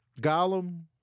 Gollum